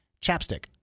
chapstick